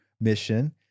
mission